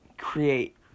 ...create